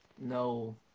No